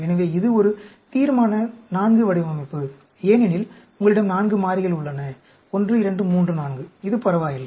எனவே இது ஒரு தீர்மான IV வடிவமைப்பு ஏனெனில் உங்களிடம் 4 மாறிகள் உள்ளன 1 2 3 4 இது பரவாயில்லை